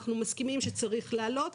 אנחנו מסכימים שצריך להעלות.